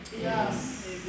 Yes